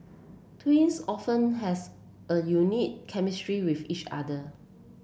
twins often has a unique chemistry with each other